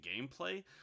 gameplay